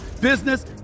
business